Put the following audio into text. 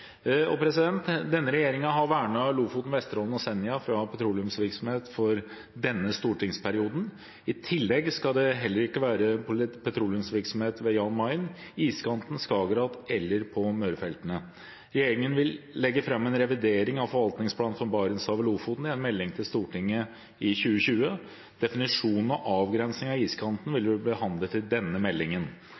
Senja fra petroleumsvirksomhet for denne stortingsperioden. I tillegg skal det heller ikke være petroleumsvirksomhet ved Jan Mayen, iskanten, Skagerrak eller på Mørefeltene. Regjeringen vil legge fram en revidering av forvaltningsplanen for Barentshavet/Lofoten i en melding til Stortinget i 2020. Definisjonen av avgrensing av iskanten vil bli behandlet i denne meldingen.